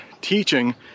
teaching